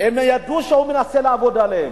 הם ידעו שהוא מנסה לעבוד עליהם.